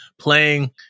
playing